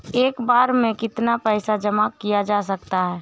एक बार में कितना पैसा जमा किया जा सकता है?